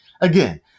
Again